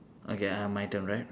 okay uh my turn right